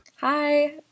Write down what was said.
hi